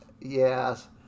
Yes